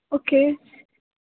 okay